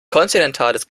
kontinentales